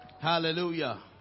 Hallelujah